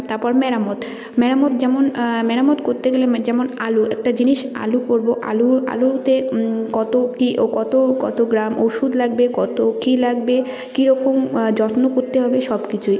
তাপর মেরামত মেরামত যেমন মেরামত করতে গেলে মে যেমন আলু একটা জিনিস আলু করবো আলুর আলুতে কতো কী ও কতো কতো গ্রাম ওষুধ লাগবে কতো কী লাগবে কী রকম যত্ন করতে হবে সব কিচুই